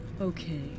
Okay